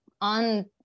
on